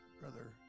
Brother